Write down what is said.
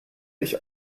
ich